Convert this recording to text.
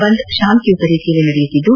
ಬಂದ್ ಶಾಂತಯುತ ರೀತಿಯಲ್ಲಿ ನಡೆಯುತ್ತಿದ್ದು